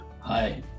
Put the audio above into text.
Hi